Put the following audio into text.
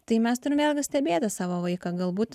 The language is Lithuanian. tai mes turim vėlgi stebėti savo vaiką galbūt